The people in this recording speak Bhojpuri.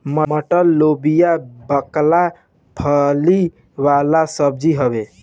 मटर, लोबिया, बकला फली वाला सब्जी हवे